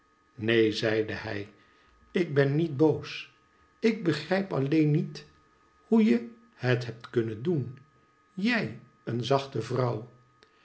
neen zeide hij ik ben niet boos ik begrijp alleenniet hoeje het hebt kunnen doen jij een zachte vrouw